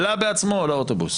עלה בעצמו לאוטובוס